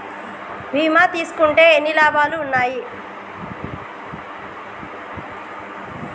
బీమా తీసుకుంటే ఎన్ని లాభాలు ఉన్నాయి?